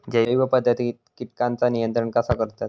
जैव पध्दतीत किटकांचा नियंत्रण कसा करतत?